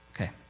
Okay